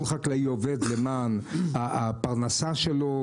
כל חקלאי עובד למען הפרנסה שלו,